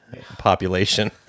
population